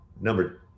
Number